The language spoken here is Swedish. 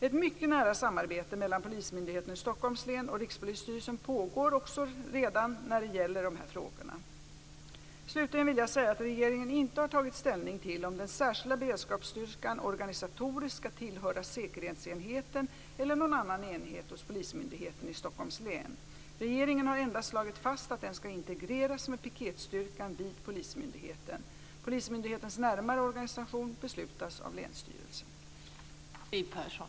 Ett mycket nära samarbete mellan Polismyndigheten i Stockholms län och Rikspolisstyrelsen pågår också redan när det gäller dessa frågor. Slutligen vill jag säga att regeringen inte har tagit ställning till om den särskilda beredskapsstyrkan organisatoriskt skall tillhöra säkerhetsenheten eller någon annan enhet hos Polismyndigheten i Stockholms län. Regeringen har endast slagit fast att den skall integreras med piketstyrkan vid polismyndigheten. Polismyndighetens närmare organisation beslutas av länsstyrelsen.